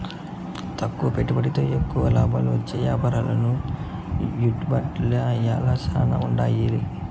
తక్కువ పెట్టుబడితో ఎక్కువ లాబాలొచ్చే యాపారాలు యూట్యూబ్ ల శానా ఉండాయి